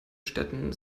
städten